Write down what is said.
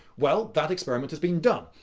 well, that experiment has been done.